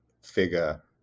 figure